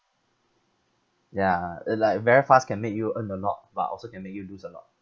ya and like very fast can make you earn a lot but also can make you lose a lot